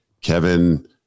Kevin